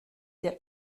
der